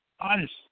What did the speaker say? honest